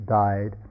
died